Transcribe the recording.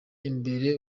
imbere